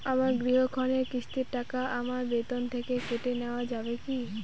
আমার গৃহঋণের কিস্তির টাকা আমার বেতন থেকে কেটে নেওয়া যাবে কি?